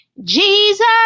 Jesus